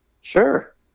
Sure